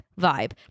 vibe